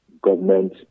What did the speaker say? government